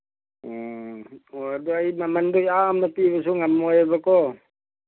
ꯑꯣ ꯍꯣꯏ ꯑꯗꯨ ꯑꯩ ꯃꯃꯟꯗꯤ ꯌꯥꯝꯅ ꯄꯤꯕꯁꯨ ꯉꯝꯃꯣꯏꯑꯕꯀꯣ